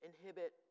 inhibit